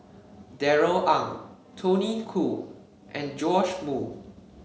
Darrell Ang Tony Khoo and Joash Moo